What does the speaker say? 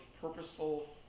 purposeful